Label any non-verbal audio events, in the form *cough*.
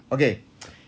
okay *noise*